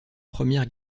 première